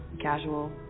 Casual